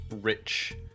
rich